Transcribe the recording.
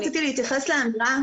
רציתי להתייחס לאמירה